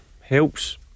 helps